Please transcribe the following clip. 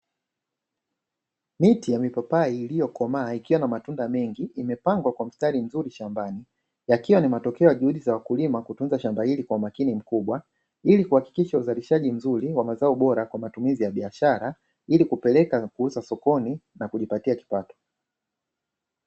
Miti ya mipapai iliyokomaa ikiwa na matunda matunda mengi imepandwa kwa mistari mzuri shambani, yakiwa ni matokeo ya juhudi za wakulima kutunza shamba hili kwa umakini mkubwa ili kuakikisha uzalishaji mzuri wa mazao bora kwa matumizi ya biashara ili kupeleka sokoni na kujipatia kipato.